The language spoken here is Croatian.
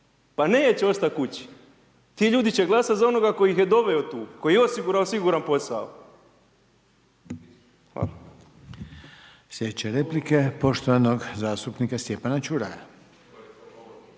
Pa neće ostati kući, ti ljudi će glasati za onoga koji ih je doveo tu, koji je osigurao siguran posao. Hvala.